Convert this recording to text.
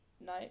no